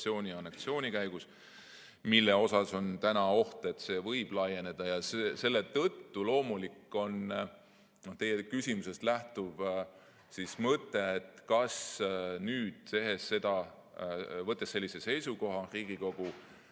ja anneksiooni käigus ning nüüd on oht, et see võib laieneda. Ja selle tõttu loomulik on teie küsimusest lähtuv mõte, et kas nüüd, võttes sellise seisukoha Riigikogus,